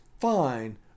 fine